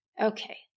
Okay